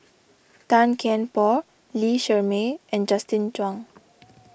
Tan Kian Por Lee Shermay and Justin Zhuang